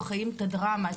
או חיים את הדרמה,